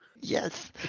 Yes